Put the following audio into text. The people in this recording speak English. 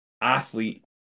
athlete